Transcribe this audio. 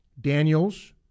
Daniels